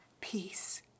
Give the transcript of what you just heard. peace